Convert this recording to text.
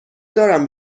دارم